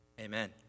Amen